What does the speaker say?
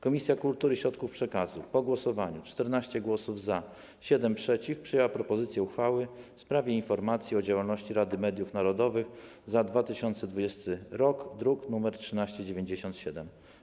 Komisja Kultury i Środków przekazu w głosowaniu - 14 głosów za, 7 głosów przeciw - przyjęła propozycję uchwały w sprawie informacji o działalności Rady Mediów Narodowych za 2020 r., druk nr 1397.